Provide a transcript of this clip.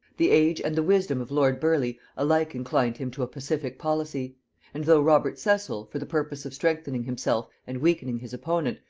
the age and the wisdom of lord burleigh alike inclined him to a pacific policy and though robert cecil, for the purpose of strengthening himself and weakening his opponent,